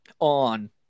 on